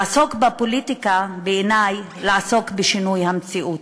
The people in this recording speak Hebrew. לעסוק בפוליטיקה, בעיני, זה לעסוק בשינוי המציאות,